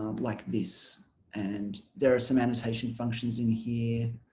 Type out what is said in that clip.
um like this and there are some annotation functions in here